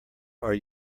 are